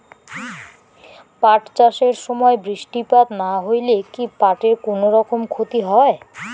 পাট চাষ এর সময় বৃষ্টিপাত না হইলে কি পাট এর কুনোরকম ক্ষতি হয়?